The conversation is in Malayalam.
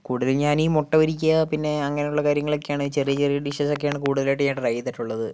കൂടുതൽ ഞാനീ മുട്ട പൊരിക്കുക പിന്നെ അങ്ങനെയുള്ള കാര്യങ്ങളൊക്കെയാണ് ചെറിയ ചെറിയ ഡിഷസ് ഒക്കെയാണ് ഞാൻ കൂടുതലായിട്ട് ഞാൻ ട്രൈ ചെയ്തിട്ടുള്ളത്